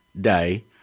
day